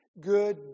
Good